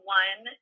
one